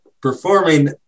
performing